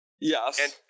Yes